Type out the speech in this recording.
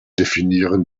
definieren